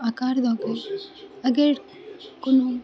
अगर कोनो